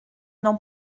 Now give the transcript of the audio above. n’en